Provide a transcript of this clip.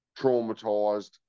traumatized